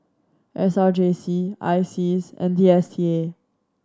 S R J C I S E A S and D S T A